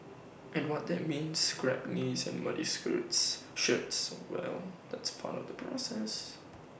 and what that means scraped knees and muddy shirts well that's part of the process